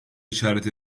işaret